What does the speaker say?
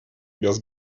без